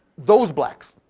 those blacks.